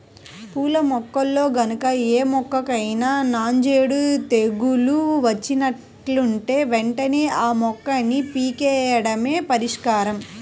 పూల మొక్కల్లో గనక ఏ మొక్కకైనా నాంజేడు తెగులు వచ్చినట్లుంటే వెంటనే ఆ మొక్కని పీకెయ్యడమే పరిష్కారం